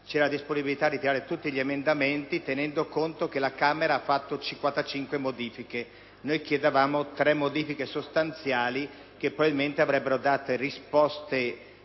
però la disponibilità a ritirare tutti gli emendamenti, tenendo conto che la Camera aveva introdotto 55 modifiche e noi chiedevamo tre modifiche sostanziali, che probabilmente avrebbero dato risposte